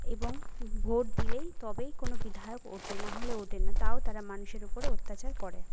এবং ভোট দিলেই তবেই কোনো বিধায়ক ওঠে না হলে ওঠে না তাও তারা মানুষের উপরে অত্যাচার করে